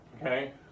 okay